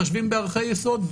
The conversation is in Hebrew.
מתחשבים בערכי יסוד?